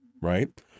right